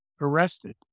arrested